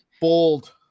Bold